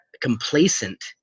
complacent